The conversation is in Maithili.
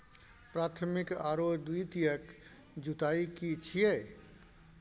प्राथमिक आरो द्वितीयक जुताई की छिये?